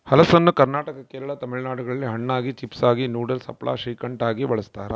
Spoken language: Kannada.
ಹಲಸನ್ನು ಕರ್ನಾಟಕ ಕೇರಳ ತಮಿಳುನಾಡುಗಳಲ್ಲಿ ಹಣ್ಣಾಗಿ, ಚಿಪ್ಸಾಗಿ, ನೂಡಲ್ಸ್, ಹಪ್ಪಳ, ಶ್ರೀಕಂಠ ಆಗಿ ಬಳಸ್ತಾರ